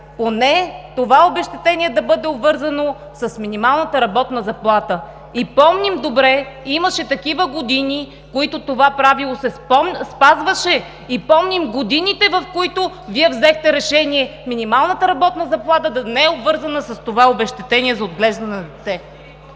поне това обезщетение да бъде обвързано с минималната работна заплата. Помним добре, имаше такива години, в които това правило се спазваше, и помним годините, в които Вие взехте решение минималната работна заплата да не е обвързана с това обезщетение за отглеждане на дете.